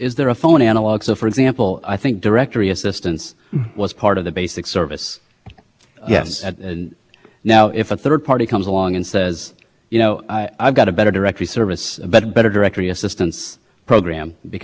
faster i've got a better list what have you and then they came up with that as a competitor and they call my line instead to get directory assistance it seems to me what would have happened is although maybe it's not borne out historically that that would have been to an enhanced service or information service